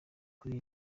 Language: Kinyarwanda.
kuri